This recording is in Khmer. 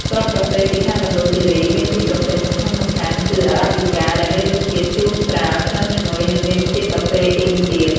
គ្រាប់កាហ្វេពីខេត្តមណ្ឌលគិរីមានពីរប្រភេទសំខាន់ៗ គឺ អារ៉ាប៊ីកា ដែលមានរសជាតិជូរស្រាល ក្លិនឈ្ងុយ និងមានជាតិកាហ្វេអ៊ីនទាប។